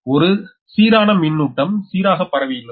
ஒரு சீரானமின்னூட்டம் சீராகப் பரவியுள்ளது